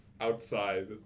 outside